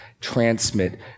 transmit